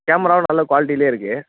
கேமராவும் நல்ல குவாலிட்டிலே இருக்குது